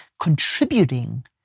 contributing